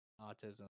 autism